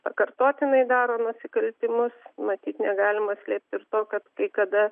pakartotinai daro nusikaltimus matyt negalima slėpti ir to kad kai kada